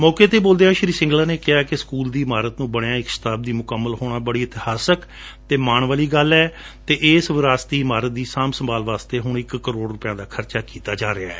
ਮੌਕੇ ਤੇ ਬੋਲਦਿਆਂ ਸ੍ਰੀ ਸਿੰਗਲਾ ਨੇ ਕਿਹਾ ਕਿ ਸਕੁਲ ਦੀ ਇਮਾਰਤ ਨੂੰ ਬਣਿਆਂ ਇਕ ਸ਼ਤਾਬਦੀ ਮੁਕੰਮਲ ਹੋਣਾ ਬੜੀ ਇਤਿਹਾਸਕ ਅਤੇ ਮਾਣ ਵਾਲੀ ਗੱਲ ਹੈ ਅਤੇ ਇਸ ਵਿਰਾਸਤੀ ਇਮਾਰਤ ਦੀ ਸਾਂਭ ਸੰਭਾਲ ਵਾਸਤੇ ਹੁਣ ਇਕ ਕਰੋੜ ਰੁਪਏ ਖਰਚ ਕੀਤੇ ਜਾ ਰਹੇ ਨੇ